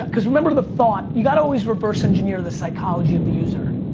cause remember the thought, you gotta always reverse engineer the psychology of the user.